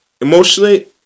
Emotionally